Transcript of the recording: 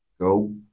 go